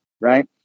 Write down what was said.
right